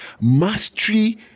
Mastery